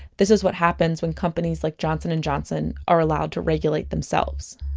this is what happens when companies like johnson and johnson are allowed to regulate themselves